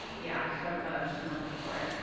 yeah, sort of, a smorgasbord.